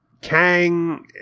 Kang